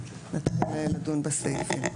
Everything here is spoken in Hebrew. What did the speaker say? ולדון בסעיפים.